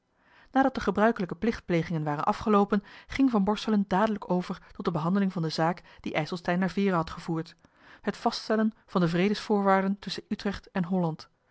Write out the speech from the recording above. nadat de gebruikelijke plichtplegingen waren afgeloopen ging van borselen dadelijk over tot de behandeling van de zaak die ijselstein naar veere had gevoerd het vaststellen van de vredesvoorwaarden tusschen utrecht en holland